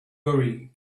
worry